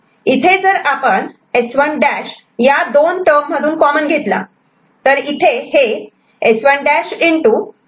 इथे जर आपण S1' या दोन टर्म मधून कॉमन घेतला तर इथे हे S1'